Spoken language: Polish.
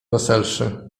weselszy